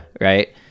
Right